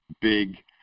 big